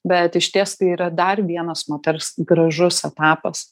bet išties tai yra dar vienas moters gražus etapas